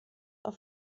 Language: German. auf